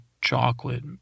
chocolate